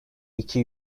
iki